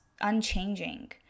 unchanging